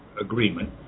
agreement